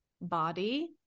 body